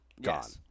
gone